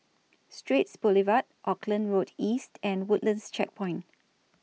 Straits Boulevard Auckland Road East and Woodlands Checkpoint